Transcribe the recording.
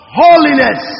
holiness